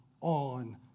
on